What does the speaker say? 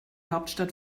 hauptstadt